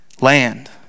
land